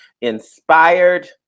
inspired